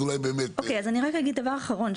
אז אני רק אגיד דבר אחרון,